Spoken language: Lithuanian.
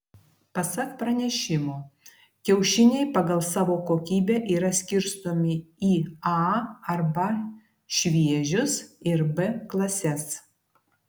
pasak pranešimo kiaušiniai pagal savo kokybę yra skirstomi į a arba šviežius ir b klases